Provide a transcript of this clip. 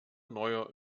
neuer